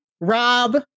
Rob